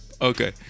Okay